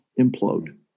implode